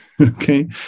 Okay